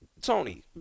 Tony